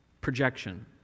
projection